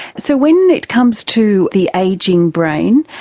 so when it comes to the ageing brain,